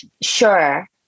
sure